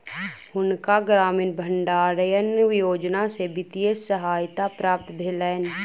हुनका ग्रामीण भण्डारण योजना सॅ वित्तीय सहायता प्राप्त भेलैन